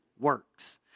works